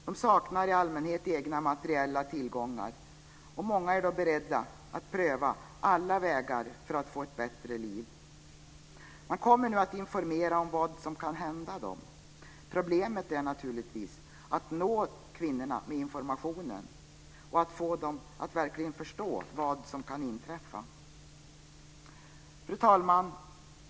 De saknar i allmänhet egna materiella tillgångar och många är då beredda att pröva alla vägar för att få ett bättre liv. Man kommer nu att informera om vad som kan hända dem. Problemet är naturligtvis att nå kvinnorna med informationen och att få dem att verkligen förstå vad som kan inträffa. Fru talman!